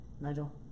Nigel